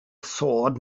sword